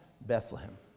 Bethlehem